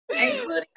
including